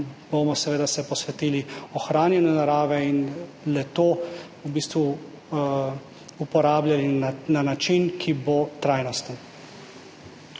bomo seveda tudi posvetili ohranjanju narave in le-to v bistvu uporabljali na način, ki bo trajnosten.